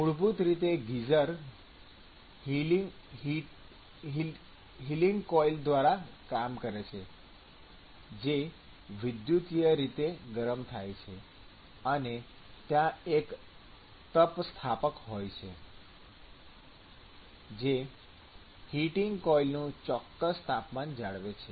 મૂળભૂત રીતે geyser heating coil દ્વારા કામ કરે છે જે વિદ્યુતીય રીતે ગરમ થાય છે અને ત્યાં એક તપસ્થાપક હોય છે જે હીટિંગ કોઇલનું ચોક્કસ તાપમાન જાળવે છે